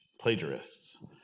plagiarists